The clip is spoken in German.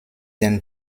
den